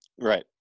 right